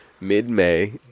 mid-May